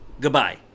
Goodbye